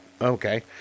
Okay